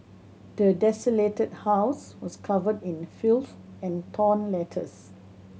the desolated house was covered in filth and torn letters